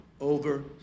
Over